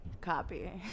Copy